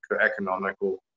economical